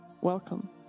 Welcome